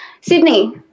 Sydney